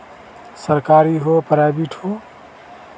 सरकारी हो प्राइवेट हो